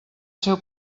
seu